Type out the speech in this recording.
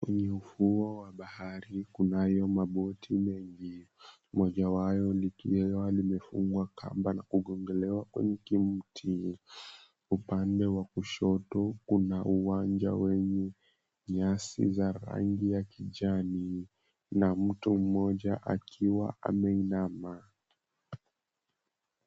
Kwenye ufuo wa bahari kunayo maboti mengi. Moja wayo likiwa limefungwa kama na kungongelewa kwenye kimti . Upande wa kushoto kuna uwanja wenye nyasi za rangi ya kijani na mtu mmoja akiwa ameinama.